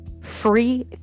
free